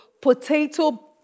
potato